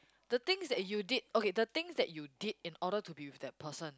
the things that you did okay the things that you did in order to be with that person